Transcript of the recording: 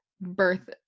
birth